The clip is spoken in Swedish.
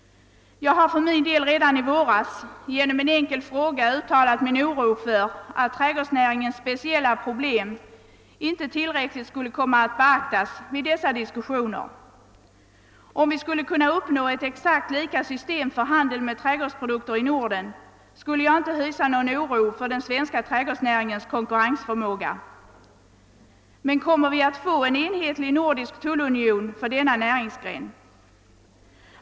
Jag har för min del redan i våras, då jag framställde en enkel fråga i denna sak, uttalat min oro för att trädgårdsnäringens speciella problem inte tillräckligt skulle komma att beaktas vid dessa diskussioner. Om vi skulle kunna åstadkomma ett exakt likadant system för handeln med trädgårdsprodukter i varje land inom Norden skulle jag inte hysa någon oro för den svenska trädgårdsnäringens konkurrensförmåga. Men kommer vi att få en enhetlig nordisk tullunion för denna näringsgren?